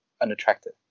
unattractive